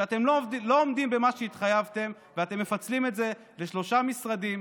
שאתם לא עומדים במה שהתחייבתם ואתם מפצלים את זה לשלושה משרדים.